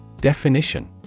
Definition